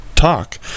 talk